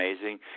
amazing